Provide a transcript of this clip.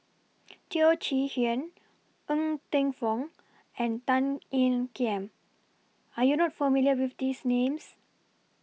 Teo Chee Hean Ng Teng Fong and Tan Ean Kiam Are YOU not familiar with These Names